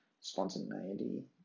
spontaneity